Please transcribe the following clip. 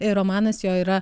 ir romanas jo yra